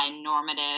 normative